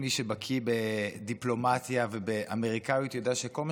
מי שבקי בדיפלומטיה ובאמריקאיות יודע שכל מה